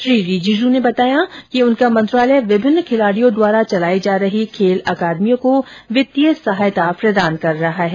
श्री रिजिजू ने बताया कि उनका मंत्रालय विभिन्न खिलाडियों द्वारा चलाई जा रही खेल अकादमियों को वित्तीय सहायता प्रदान कर रहा है